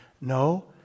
no